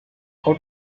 out